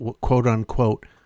quote-unquote